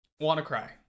WannaCry